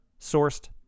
sourced